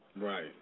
Right